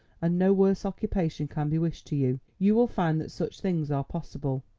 and no worse occupation can be wished to you, you will find that such things are possible.